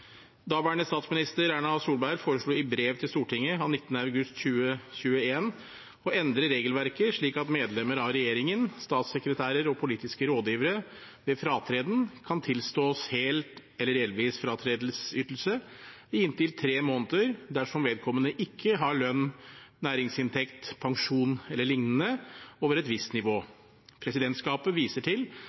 Daværende statsminister Erna Solberg foreslo i brev til Stortinget av 19. august 2021 å endre regelverket slik at medlemmer av regjeringen, statssekretærer og politiske rådgivere ved fratreden kan tilstås hel eller delvis fratredelsesytelse i inntil tre måneder dersom vedkommende ikke har lønns-/næringsinntekt, pensjon e.l. over et visst nivå. Presidentskapet viser til